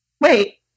wait